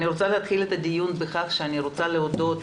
אני רוצה לסיים את הדיון בכך שאני רוצה להודות